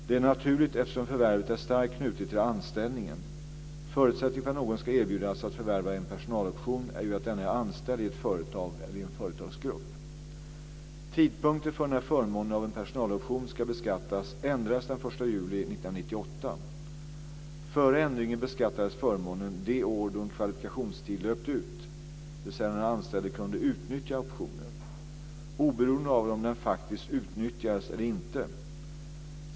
Det är naturligt eftersom förvärvet är starkt knutet till anställningen. Förutsättningen för att någon ska erbjudas att förvärva en personaloption är ju att denne är anställd i ett företag eller en företagsgrupp. - oberoende av om den faktiskt utnyttjades eller inte.